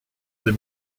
des